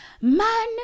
man